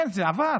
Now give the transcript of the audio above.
כן, זה עבר,